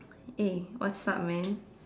eh what's up man